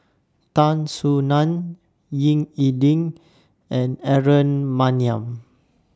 Tan Soo NAN Ying E Ding and Aaron Maniam